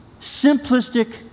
simplistic